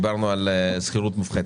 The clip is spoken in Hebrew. דיברנו על שכירות מופחתת.